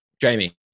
Jamie